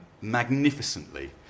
magnificently